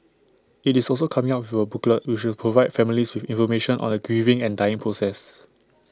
IT is also coming up with A booklet which will provide families with information on the grieving and dying process